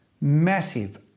massive